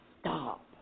stop